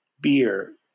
beer